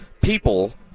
people